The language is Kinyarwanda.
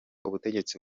ubutegetsi